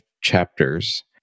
chapters